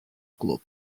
club